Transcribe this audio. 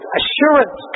assurance